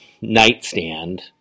nightstand